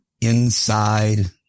inside